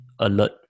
alert